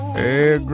hey